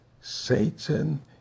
Satan